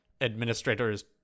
administrator's